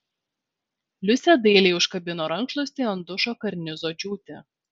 liusė dailiai užkabino rankšluostį ant dušo karnizo džiūti